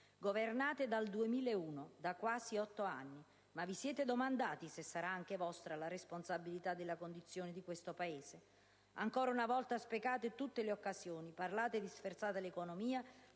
Governate dal 2001, da quasi otto anni. Ma vi siete domandati se sarà anche vostra la responsabilità della condizione di questo Paese? Ancora una volta sprecate tutte le occasioni, parlate di sferzata all'economia